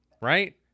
Right